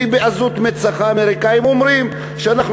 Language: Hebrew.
ובעזות מצח האמריקנים אומרים שאנחנו